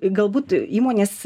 galbūt įmonės